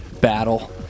battle